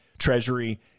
Treasury